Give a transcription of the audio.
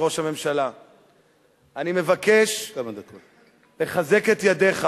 אני מבקש לחזק את ידיך